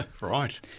Right